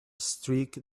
streak